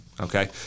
okay